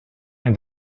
and